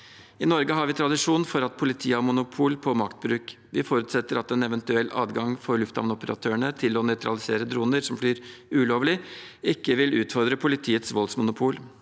I Norge har vi tradisjon for at politiet har monopol på maktbruk. Vi forutsetter at en eventuell adgang for lufthavnoperatørene til å nøytralisere droner som flyr ulovlig, ikke vil utfordre politiets voldsmonopol.